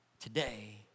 today